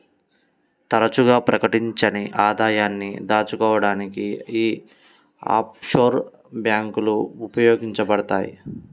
తరచుగా ప్రకటించని ఆదాయాన్ని దాచుకోడానికి యీ ఆఫ్షోర్ బ్యేంకులు ఉపయోగించబడతయ్